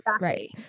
right